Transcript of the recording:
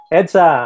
Edsa